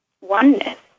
oneness